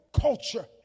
culture